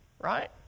right